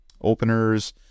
openers